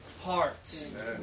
heart